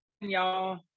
y'all